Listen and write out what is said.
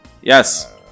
Yes